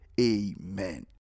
Amen